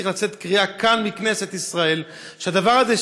צריכה לצאת קריאה מכנסת ישראל שהדבר הזה,